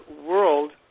world